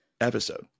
episode